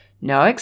No